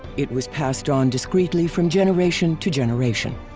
it was passed on discreetly from generation to generation.